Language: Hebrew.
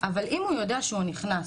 אבל אם הוא יודע שהוא נכנס,